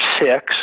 six